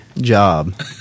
job